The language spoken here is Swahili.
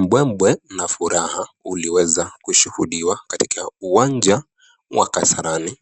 Mbwembwe na furaha uliweza kushuhidiwa katika uwanja wa kasarani